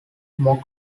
more